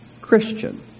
Christian